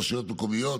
רשויות מקומיות,